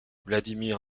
vladimir